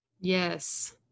Yes